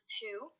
two